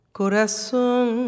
corazón